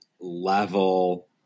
level